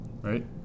Right